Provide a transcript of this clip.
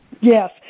Yes